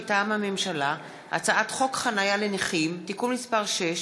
מטעם הממשלה: הצעת חוק חניה לנכים (תיקון מס' 6)